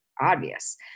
obvious